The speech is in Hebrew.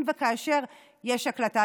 אם וכאשר יש הקלטה.